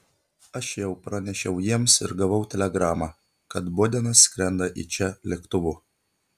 aš jau pranešiau jiems ir gavau telegramą kad bodenas skrenda į čia lėktuvu